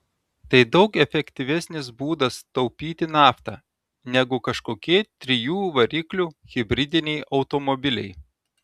tai daug efektyvesnis būdas taupyti naftą negu kažkokie trijų variklių hibridiniai automobiliai